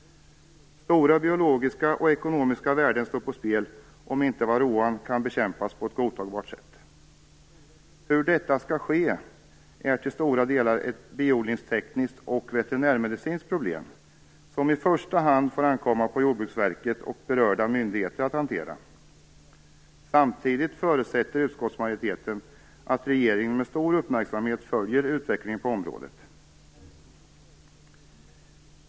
Stora biologiska och ekonomiska värden står på spel om inte varroan kan bekämpas på ett godtagbart sätt. Hur detta skall ske är till stora delar ett biodlingstekniskt och veterinärmedicinskt problem som det i första hand får ankomma på Jordbruksverket och berörda myndigheter att hantera. Samtidigt förutsätter utskottsmajoriteten att regeringen med stor uppmärksamhet följer utvecklingen på området.